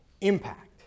impact